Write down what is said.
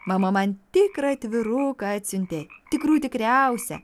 mama man tikrą atviruką atsiuntė tikrų tikriausią